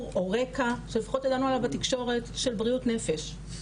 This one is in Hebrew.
או רקע שלפחות ידענו עליו בתקשורת של בריאות נפש,